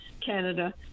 Canada